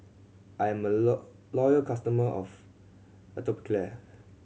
I'm a loyal customer of Atopiclair